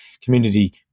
Community